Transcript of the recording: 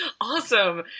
awesome